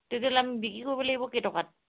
তেতিয়াহ'লে আমি বিক্ৰী কৰিব লাগিব কেইটকাত